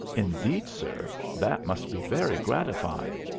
indeed, sir, that must be very gratifying.